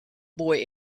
boy